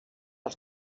els